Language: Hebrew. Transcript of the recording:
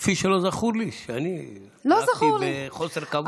כפי שלא זכור לי שאני נהגתי בחוסר כבוד,